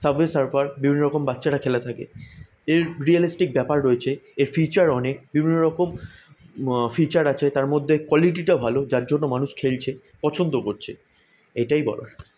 subway surfer বিভিন্ন রকম বাচ্চারা খেলে থাকে এর রিয়েলিস্টিক ব্যাপার রয়েছে এর ফিচার অনেক বিভিন্ন রকম ফিচার আছে তার মধ্যে কোয়ালিটিটা ভালো যার জন্য মানুষ খেলছে পছন্দও করছে এটাই বলার